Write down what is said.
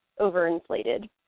overinflated